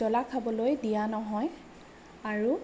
জ্বলা খাবলৈ দিয়া নহয় আৰু